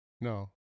No